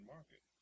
Market